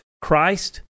Christ